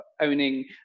owning